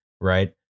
right